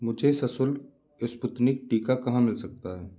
मुझे सशुल्क स्पुतनिक टीका कहाँ मिल सकता है